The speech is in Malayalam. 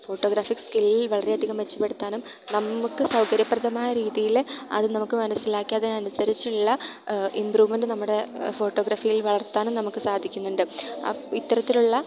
ഫോട്ടോഗ്രാഫിക്ക് സ്കിൽ വളരെയധികം മെച്ചപ്പെടുത്താനും നമുക്ക് സൗകര്യപ്രദമായ രീതിയിൽ അത് നമുക്ക് മനസ്സിലാക്കി അതിനനുസരിച്ചുള്ള ഇമ്പ്രൂമെൻ്റ് നമ്മുടെ ഫോട്ടോഗ്രഫിയിൽ വളർത്താനും നമുക്ക് സാധിക്കുന്നുണ്ട് ആ ഇത്തരത്തിലുള്ള